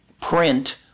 print